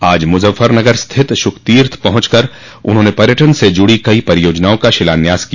आज मुजफ्फरनगर स्थित शुकतीर्थ पहुंचकर उन्होंने पर्यटन से जुड़ी कई परियोजनाओं का शिलान्यास किया